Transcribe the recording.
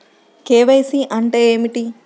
KYC అంటే ఏమిటి?